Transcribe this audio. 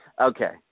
okay